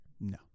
No